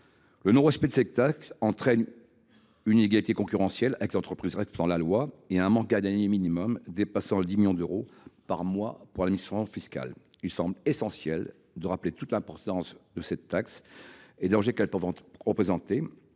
Le non respect de cette taxe entraîne une inégalité concurrentielle avec les entreprises respectant la loi et un manque à gagner dépassant au minimum 10 millions d’euros par mois pour l’administration fiscale. Il semble essentiel de rappeler toute l’importance de cette taxe et les dangers que peuvent représenter